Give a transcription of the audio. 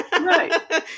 Right